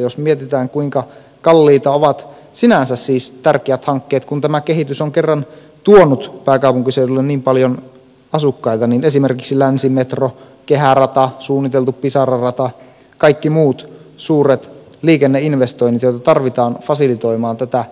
jos mietitään kuinka kalliita ovat sinänsä siis tärkeät hankkeet kun tämä kehitys on kerran tuonut pääkaupunkiseudulle niin paljon asukkaita niin niitä ovat esimerkiksi länsimetro kehärata suunniteltu pisara rata kaikki muut suuret liikenneinvestoinnit joita tarvitaan fasilitoimaan tätä